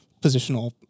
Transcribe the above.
positional